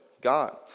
God